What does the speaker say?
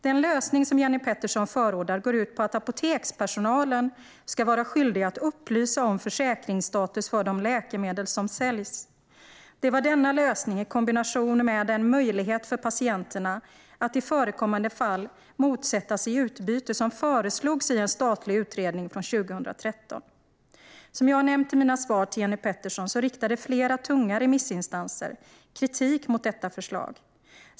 Den lösning som Jenny Petersson förordar går ut på att apotekspersonalen ska vara skyldig att upplysa om försäkringsstatus för de läkemedel som säljs. Det var denna lösning, i kombination med en möjlighet för patienterna att i förekommande fall motsätta sig utbyte, som föreslogs i en statlig utredning 2013. Som jag nämnt i mina svar till Jenny Petersson riktade flera tunga remissinstanser kritik mot detta förslag.